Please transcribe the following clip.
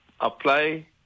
apply